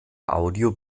audio